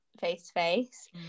face-to-face